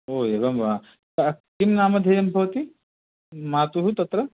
ओ एवं वा सः किं नामधेयं भवति मातुः तत्र